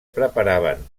preparaven